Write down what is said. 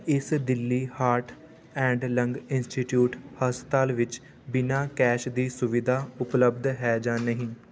ਇਸ Delhi Heart and Lung Institute ਹਸਪਤਾਲ ਵਿੱਚ ਬਿਨਾਂ ਕੈਸ਼ ਦੀ ਸੁਵਿਧਾ ਉਪਲੱਬਧ ਹੈ ਜਾਂ ਨਹੀਂ